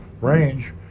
range